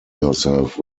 yourself